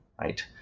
right